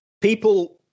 people